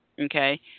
okay